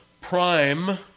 prime